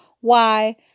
Why